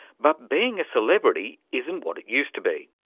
but being a celebrity isn't what it used to be.